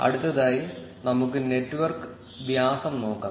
അടുത്തതായി നമുക്ക് നെറ്റ്വർക്ക് വ്യാസം നോക്കാം